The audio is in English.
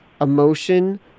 emotion